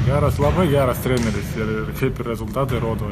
geras labai geras treneris ir taip ir rezultatai rodo